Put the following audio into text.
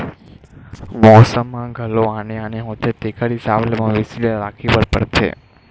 मउसम ह घलो आने आने होथे तेखर हिसाब ले मवेशी ल राखे बर परथे